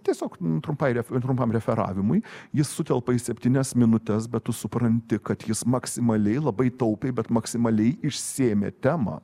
tiesiog trumpai ref trumpam referavimui jis sutelpa į septynias minutes bet tu supranti kad jis maksimaliai labai taupiai bet maksimaliai išsėmė temą